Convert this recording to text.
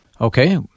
Okay